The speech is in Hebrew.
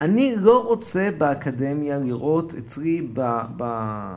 אני לא רוצה באקדמיה לראות אצלי ב..